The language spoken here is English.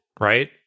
right